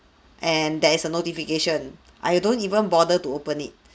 and there is a notification I don't even bother to open it